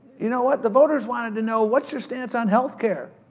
you know what? the voters wanted to know, what's your stance on healthcare?